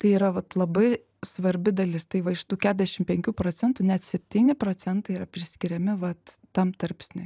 tai yra vat labai svarbi dalis tai va iš tų keturiasdešim penkių procentų net septyni procentai yra priskiriami vat tam tarpsniui